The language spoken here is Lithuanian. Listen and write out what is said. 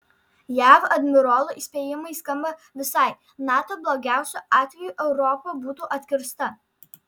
jav admirolo įspėjimai skamba visai nato blogiausiu atveju europa būtų atkirsta